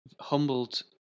humbled